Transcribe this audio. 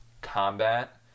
combat